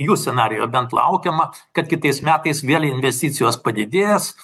jų scenarijų bent laukiama kad kitais metais vėl investicijos padidės